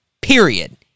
Period